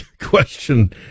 question